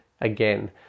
again